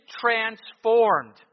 transformed